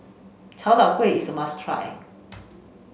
Chai Tow Kuay is a must try